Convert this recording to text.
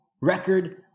record